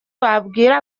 wabwira